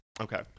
Okay